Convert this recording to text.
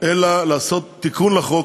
אלא לעשות תיקון לחוק,